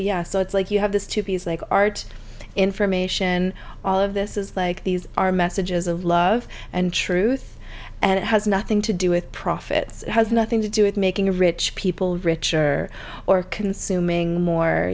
yeah so it's like you have this two piece like art information all of this is like these are messages of love and truth and it has nothing to do with profit has nothing to do with making a rich people richer or consuming more